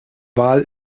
wal